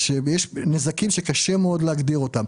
יש נזקים שקשה מאוד להגדיר אותם.